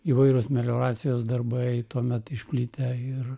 įvairūs melioracijos darbai tuomet išplitę ir